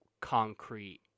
concrete